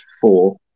four